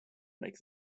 make